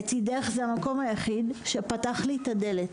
"לצידך" זה המקום היחיד שפתח לי את הדלת,